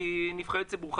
כנבחרי ציבור,